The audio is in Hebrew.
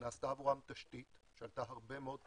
נעשתה עבורן תשתית שעלתה הרבה מאוד כסף,